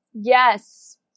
Yes